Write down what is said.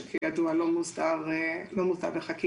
שכידוע לא מוסדר בחקיקה,